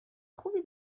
خوبی